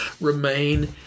Remain